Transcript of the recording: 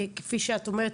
כפי שאת אומרת,